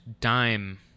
dime